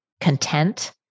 content